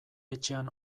etxean